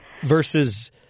versus